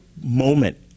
moment